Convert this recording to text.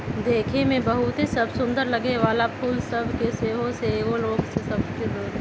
देखय में बहुते समसुन्दर लगे वला फूल सभ के सेहो कएगो रोग सभ ध लेए छइ